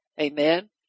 Amen